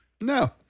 No